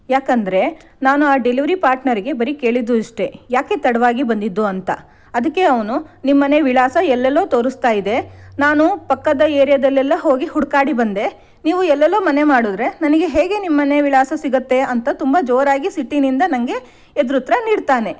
ಯಾಕೆಂದರೆ ನಾನು ಆ ಡೆಲಿವರಿ ಪಾರ್ಟ್ನರ್ಗೆ ಬರಿ ಕೇಳಿದ್ದು ಇಷ್ಟೇ ಯಾಕೆ ತಡವಾಗಿ ಬಂದಿದ್ದು ಅಂತ ಅದಕ್ಕೆ ಅವನು ನಿಮ್ಮ ಮನೆ ವಿಳಾಸ ಎಲ್ಲೆಲ್ಲೋ ತೋರಿಸ್ತಾ ಇದೆ ನಾನು ಪಕ್ಕದ ಏರಿಯಾದಲ್ಲೆಲ್ಲ ಹೋಗಿ ಹುಡುಕಾಡಿ ಬಂದೆ ನೀವು ಎಲ್ಲೆಲ್ಲೋ ಮನೆ ಮಾಡಿದರೆ ನನಗೆ ಹೇಗೆ ನಿಮ್ಮ ಮನೆ ವಿಳಾಸ ಸಿಗತ್ತೆ ಅಂತ ತುಂಬ ಜೋರಾಗಿ ಸಿಟ್ಟಿನಿಂದ ನನಗೆ ಎದುರುತ್ತರ ನೀಡ್ತಾನೆ